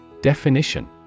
Definition